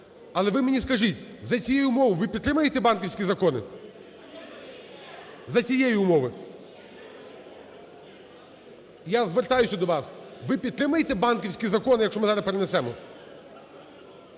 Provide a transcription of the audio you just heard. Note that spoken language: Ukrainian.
Але ви мені скажіть, за цієї умови ви підтримаєте банківські закони, за цієї умови? Я звертаюся до вас, ви підтримаєте банківські закони, якщо ми зараз перенесемо?